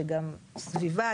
שגם סביבה,